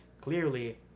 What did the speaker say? clearly